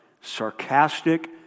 sarcastic